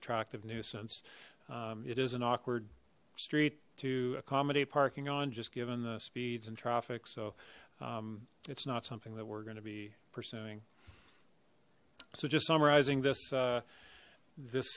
attractive nuisance it is an awkward street to accommodate parking on just given the speeds and traffic so it's not something that we're going to be pursuing so just summarizing this uh this